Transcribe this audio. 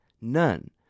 none